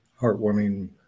heartwarming